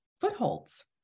footholds